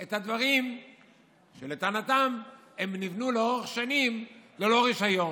את הדברים שלטענתם נבנו לאורך שנים ללא רישיון.